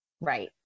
Right